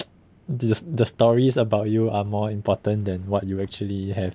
the the stories about you are more important than what you actually have